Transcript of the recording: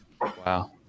wow